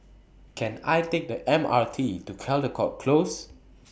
Can I Take The M R T to Caldecott Close